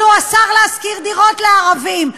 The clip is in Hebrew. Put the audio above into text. לא אסר, אבל הוא אסר להשכיר דירות לערבים.